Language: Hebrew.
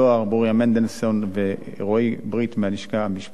לברוריה מנדלסון ורועי ברית מהלשכה המשפטית,